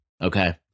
okay